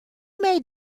may